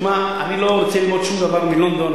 אני לא רוצה ללמוד שום דבר מלונדון.